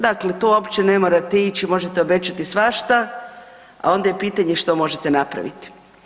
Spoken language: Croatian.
Dakle, tu uopće ne morate ići, možete obećati svašta, a onda je pitanje što možete napraviti.